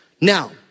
Now